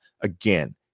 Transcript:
again